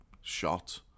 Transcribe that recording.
shot